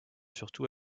surtout